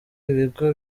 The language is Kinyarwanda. ibigo